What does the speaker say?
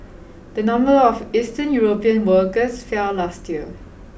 the number of Eastern European workers fell last year